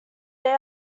they